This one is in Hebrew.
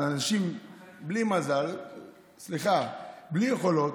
אנשים בלי מזל, סליחה, בלי יכולות,